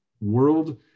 World